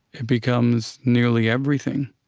it becomes nearly everything.